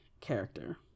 character